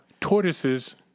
tortoises